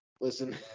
Listen